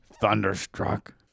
thunderstruck